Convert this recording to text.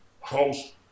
House